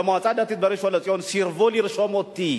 במועצה הדתית בראשון-לציון סירבו לרשום אותי.